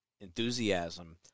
enthusiasm